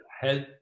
help